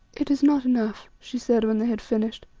it is not enough, she said when they had finished.